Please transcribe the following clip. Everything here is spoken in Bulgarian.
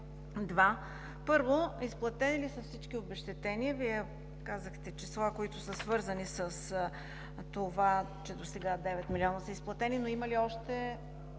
два: първо, изплатени ли са всички обезщетения? Вие казахте числа, които са свързани с това, че досега девет милиона са изплатени, но има ли още